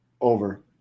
over